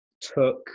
took